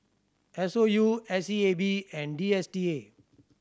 S O U S E A B and D S T A